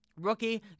Rookie